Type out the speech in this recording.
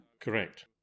Correct